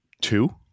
Two